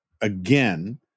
again